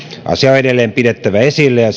asia on edelleen pidettävä esillä ja